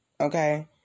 Okay